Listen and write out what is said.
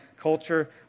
culture